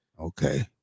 okay